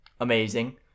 amazing